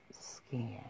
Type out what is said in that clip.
skin